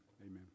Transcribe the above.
Amen